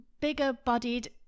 bigger-bodied